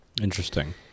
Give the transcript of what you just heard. Interesting